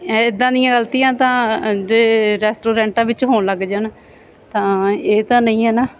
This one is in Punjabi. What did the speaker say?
ਇੱਦਾਂ ਦੀਆਂ ਗਲਤੀਆਂ ਤਾਂ ਜੇ ਰੈਸਟੋਰੈਂਟਾਂ ਵਿੱਚ ਹੋਣ ਲੱਗ ਜਾਣ ਤਾਂ ਇਹ ਤਾਂ ਨਹੀਂ ਹੈ ਨਾ